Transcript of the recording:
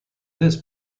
this